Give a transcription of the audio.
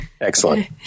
Excellent